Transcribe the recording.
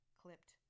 clipped